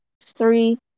three